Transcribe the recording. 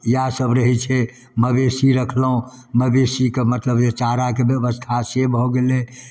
इएहसब रहै छै मवेशी रखलहुँ मवेशीके मतलब जे चाराके बेबस्था से भऽ गेलै